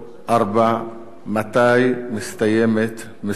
מתי מסתיימת מסגרת